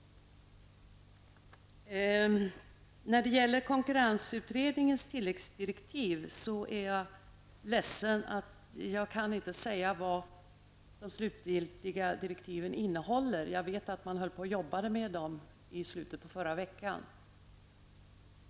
När det gäller konkurrensutredningens tilläggsdirektiv är jag ledsen att jag inte kan säga vad de slutgiltiga direktiven innehåller. Jag vet att man höll på att arbeta med dem i slutet av förra veckan.